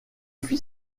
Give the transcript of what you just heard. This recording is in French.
fit